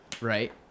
Right